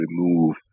remove